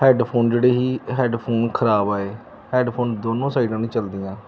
headphone ਜਿਹੜੇ ਹੀ headphone ਖਰਾਬ ਆਏ ਹੈਡਫੋਨ ਦੋਨੋਂ ਸਾਈਡਾਂ ਨੀ ਚਲਦੀਆਂ